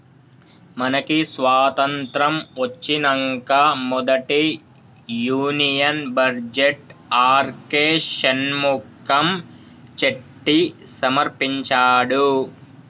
మనకి స్వతంత్రం ఒచ్చినంక మొదటి యూనియన్ బడ్జెట్ ఆర్కే షణ్ముఖం చెట్టి సమర్పించినాడు